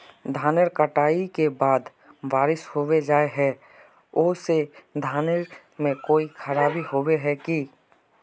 धानेर कटाई के बाद बारिश होबे जाए है ओ से धानेर में कोई खराबी होबे है की?